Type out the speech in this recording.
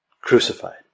crucified